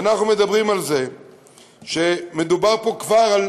ואנחנו מדברים על זה שמדובר פה כבר על